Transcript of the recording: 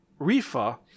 Rifa